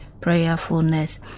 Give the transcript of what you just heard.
prayerfulness